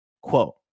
quote